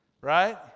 Right